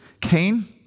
Cain